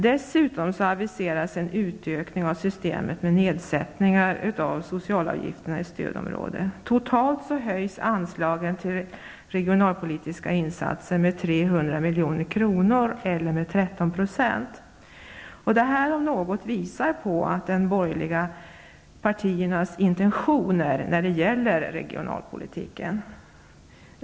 Dessutom aviseras en utökning av systemet med nedsättningar av socialavgifterna i stödområdet. Totalt höjs anslagen till regionalpolitiska insatser med 300 milj.kr. eller 13 %. Detta om något visar på de borgerliga partiernas intention på regionalpolitikens område.